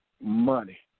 Money